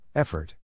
Effort